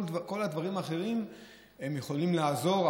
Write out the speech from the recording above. כל הדברים האחרים יכולים לעזור,